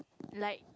like